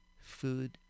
food